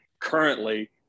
currently